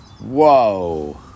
whoa